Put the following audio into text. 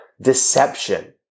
deception